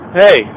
hey